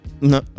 no